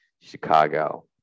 Chicago